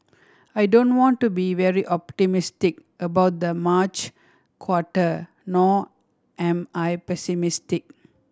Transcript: I don't want to be very optimistic about the March quarter nor am I pessimistic